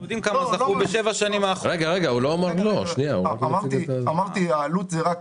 העלות זה רק